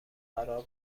قرار